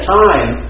time